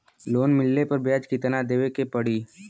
Loan मिलले पर ब्याज कितनादेवे के पड़ी?